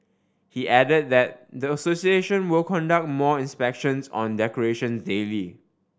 he added that the association will conduct more inspections on decorations daily